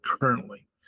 currently